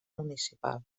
municipal